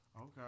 Okay